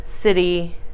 city